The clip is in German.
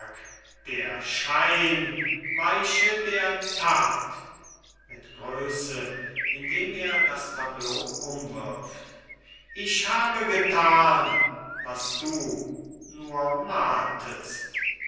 der schein weiche der tat mit größe indem er das tableau umwirft ich habe getan was du nur maltest